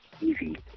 easy